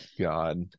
God